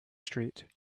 street